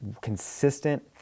Consistent